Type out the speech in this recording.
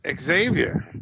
Xavier